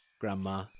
Grandma